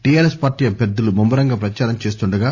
TRS party అభ్యర్దులు ముమ్మ రంగా ప్రచారం చేస్తుండగా